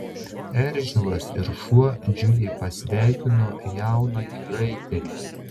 eržilas ir šuo džiugiai pasveikino jaunąjį raitelį